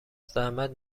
زحمت